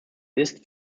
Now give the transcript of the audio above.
ist